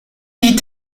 die